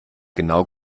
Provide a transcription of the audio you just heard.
genau